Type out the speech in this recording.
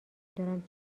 دارم